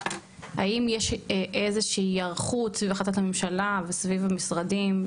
האם יש איזושהי היערכות סביב החלטת הממשלה וסביב המשרדים,